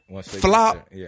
flop